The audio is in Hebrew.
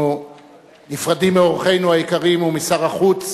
אנחנו נפרדים מאורחינו היקרים ומשר החוץ